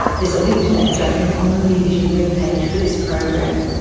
there's a link to that judgment on the rear vision web page for this program.